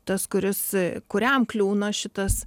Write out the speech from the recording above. tas kuris kuriam kliūna šitas